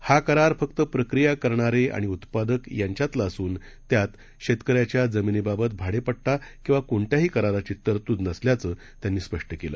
हा करार फक्त प्रक्रिया करणारे आणि उत्पादक यांच्यातला असून त्यात शेतकऱ्याच्या जमिनीबाबत भाडेपट्टा किंवा कोणत्याही कराराची तरतूद त्यात नसल्याचं त्यांनी स्पष्ट केलं